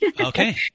Okay